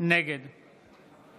נגד